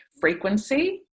frequency